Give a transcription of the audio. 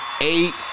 eight